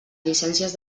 llicències